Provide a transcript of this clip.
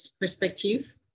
perspective